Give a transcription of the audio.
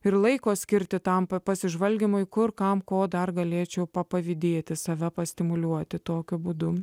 ir laiko skirti tampa pasižvalgymui kur kam ko dar galėčiau pavydėti save pastimuliuoti tokiu būdu